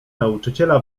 nauczyciela